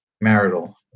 marital